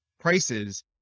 prices